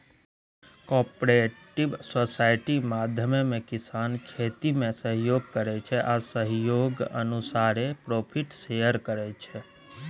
cooperative society माध्यमे किसान खेतीमे सहयोग करै छै आ सहयोग अनुसारे प्रोफिट शेयर करै छै